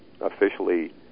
officially